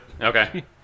Okay